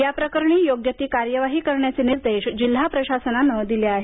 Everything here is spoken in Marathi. याप्रकरणी योग्य ती कार्यवाही करण्याचे निर्देश जिल्हा प्रशासनानं दिले आहेत